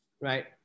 right